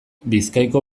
bizkaiko